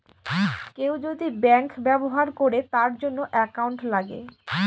কেউ যদি ব্যাঙ্ক ব্যবহার করে তার জন্য একাউন্ট লাগে